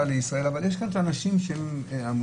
אבל יש כאן את האנשים שאמונים.